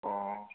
অ'